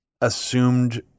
assumed